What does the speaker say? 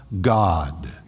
God